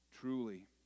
Truly